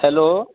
hello